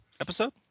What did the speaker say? episode